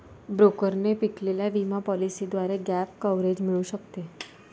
ब्रोकरने विकलेल्या विमा पॉलिसीद्वारे गॅप कव्हरेज मिळू शकते